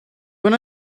when